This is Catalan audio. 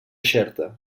xerta